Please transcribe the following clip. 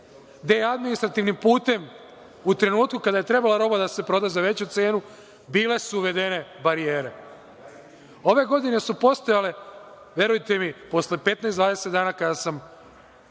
gde je administrativnim putem u trenutku kada je trebala roba da se proda za veću cenu, bile su uvedene barijere. Ove godine su postojale, verujte mi posle 15, 20 dana kada sam